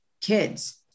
kids